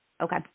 Okay